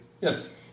Yes